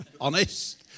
Honest